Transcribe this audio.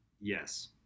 Yes